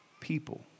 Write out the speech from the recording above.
people